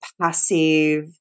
passive